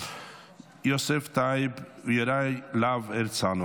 יוסף טייב ויוראי להב הרצנו.